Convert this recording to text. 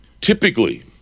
typically